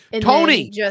Tony